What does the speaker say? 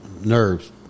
nerves